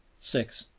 six.